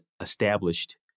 established